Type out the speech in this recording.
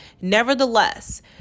Nevertheless